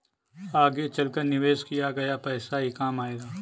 आगे चलकर निवेश किया गया पैसा ही काम आएगा